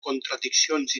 contradiccions